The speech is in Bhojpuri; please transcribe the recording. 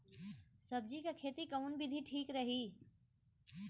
सब्जी क खेती कऊन विधि ठीक रही?